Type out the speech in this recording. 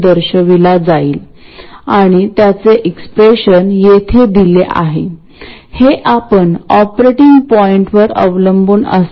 हे कदाचित तेथे असू शकते किंवा नसेल जे की बायसिंगच्या योग्य अरेंजमेंट वर अवलंबून आहे